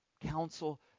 counsel